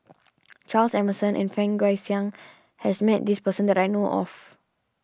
Charles Emmerson and Fang Guixiang has met this person that I know of